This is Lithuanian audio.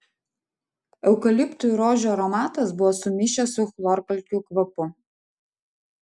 eukaliptų ir rožių aromatas buvo sumišęs su chlorkalkių kvapu